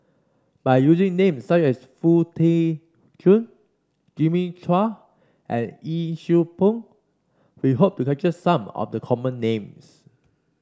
by using names such as Foo Tee Jun Jimmy Chua and Yee Siew Pun we hope to capture some of the common names